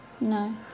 No